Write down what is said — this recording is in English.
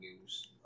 news